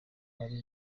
hari